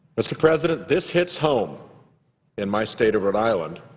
mr. president, this hits home in my state of rhode island.